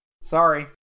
Sorry